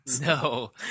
no